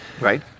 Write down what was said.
right